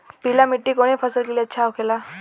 पीला मिट्टी कोने फसल के लिए अच्छा होखे ला?